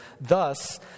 Thus